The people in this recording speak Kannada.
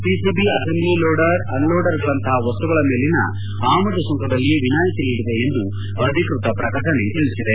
PCB assembly loader unloader ಗಳಂತಹ ವಸ್ತುಗಳ ಮೇಲಿನ ಆಮದು ಸುಂಕದಲ್ಲಿ ವಿನಾಯಿತಿ ನೀಡಿದೆ ಎಂದು ಅಧಿಕೃತ ಪ್ರಕಟಣೆ ತಿಳಿಸಿದೆ